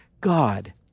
God